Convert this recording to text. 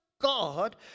God